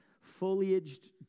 foliaged